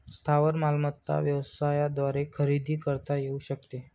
स्थावर मालमत्ता व्यवसायाद्वारे खरेदी करता येऊ शकते